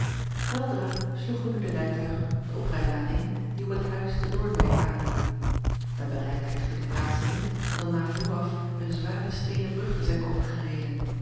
eldra sloegen nu de rijtuigen de oprijlaan in die op het huis te oornwijck aanliep en bereikte echter dit laatste niet dan na vooraf een zware steenen brug te zijn